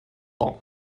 bon